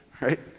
right